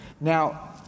Now